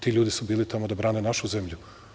Ti ljudi su bili tamo da brane našu zemlju.